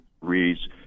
reads